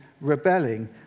rebelling